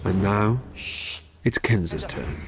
but now it's kenza's turn.